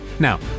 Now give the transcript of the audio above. Now